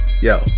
yo